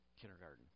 kindergarten